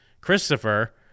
Christopher